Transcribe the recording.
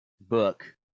Book